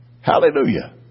Hallelujah